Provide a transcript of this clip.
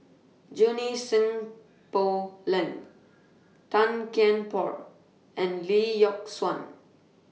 Junie Sng Poh Leng Tan Kian Por and Lee Yock Suan